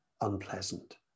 unpleasant